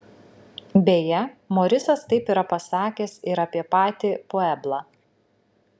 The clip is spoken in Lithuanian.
beje morisas taip yra pasakęs ir apie patį pueblą